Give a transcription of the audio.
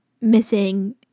missing